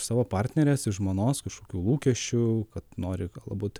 savo partnerės iš žmonos kažkokių lūkesčių kad nori galbūt